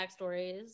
backstories